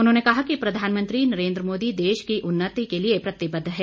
उन्होंने कहा कि प्रधानमंत्री नरेन्द्र मोदी देश की उन्नति के लिए प्रतिबद्ध है